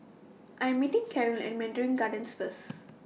I'm meeting Carolyn At Mandarin Gardens First